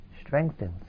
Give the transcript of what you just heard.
strengthens